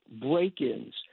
break-ins